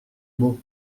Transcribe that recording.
mot